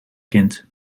kind